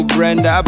Brenda